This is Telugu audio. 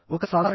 ఒక సాధారణ